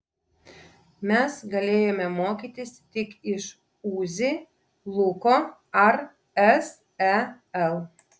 mes galėjome mokytis tik iš uzi luko ar sel